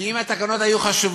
כי אם התקנות היו חשובות,